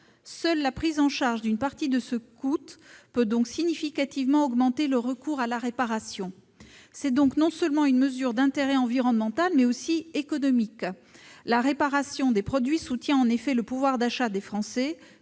Seule la prise en charge d'une partie de ce coût peut donc significativement augmenter le recours à la réparation. C'est donc non seulement une mesure d'intérêt environnemental, mais aussi économique. La réparation des produits soutient en effet le pouvoir d'achat des Français.